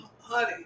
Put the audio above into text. honey